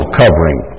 covering